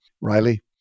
Riley